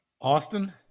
Austin